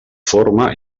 forma